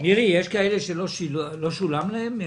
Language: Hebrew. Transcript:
מירי סביון, יש כאלה שלא שולם להם?